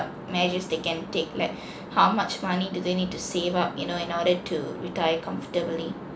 measures they can take like how much money do they need to save up you know in order to retire comfortably